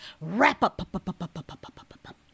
Wrap-Up